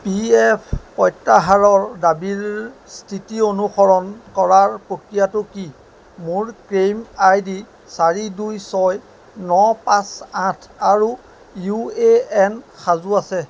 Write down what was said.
P F প্ৰত্যাহাৰৰ দাবীৰ স্থিতি অনুসৰণ কৰাৰ প্ৰক্ৰিয়াটো কি মোৰ ক্লেইম আইডি চাৰি দুই ছয় ন পাঁচ আঠ আৰু ইউ এ এন সাজু আছে